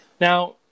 Now